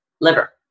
liver